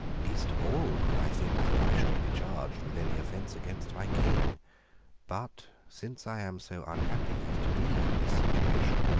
least of all could i think that i should be charged with any offence against my king but, since i am so unhappy as to be in this situation,